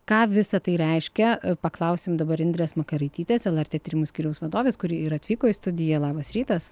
ką visa tai reiškia paklausim dabar indrės makaraitytės lrt tyrimų skyriaus vadovės kuri ir atvyko į studiją labas rytas